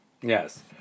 Yes